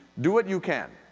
do what you can.